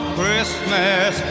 Christmas